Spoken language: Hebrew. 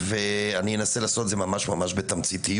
ואני אנסה לעשות את זה ממש ממש בתמציתיות.